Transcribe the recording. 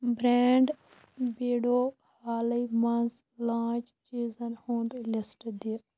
brand بیٖڈو حالٕے مَنٛز لانچ چیٖزن ہُنٛد لِسٹ دِ